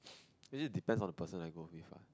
it is depends on the person I go with uh